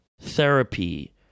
therapy